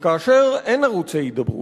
וכאשר אין ערוצי הידברות,